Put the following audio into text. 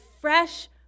fresh